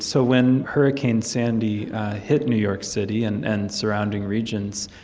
so, when hurricane sandy hit new york city and and surrounding regions,